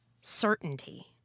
certainty